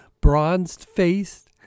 bronzed-faced